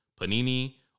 Panini